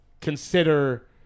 consider